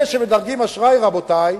רבותי,